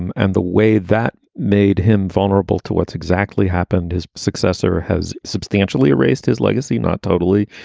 and and the way that made him vulnerable to what exactly happened. his successor has substantially raised his legacy. not totally.